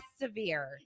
severe